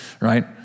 Right